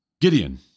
Gideon